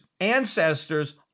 ancestors